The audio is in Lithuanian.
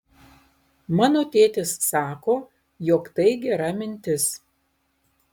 mano tėtis sako jog tai gera mintis